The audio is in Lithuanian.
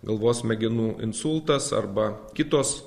galvos smegenų insultas arba kitos